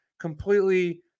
completely